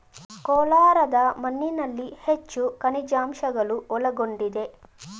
ಕೋಲಾರದ ಮಣ್ಣಿನಲ್ಲಿ ಹೆಚ್ಚು ಖನಿಜಾಂಶಗಳು ಒಳಗೊಂಡಿದೆ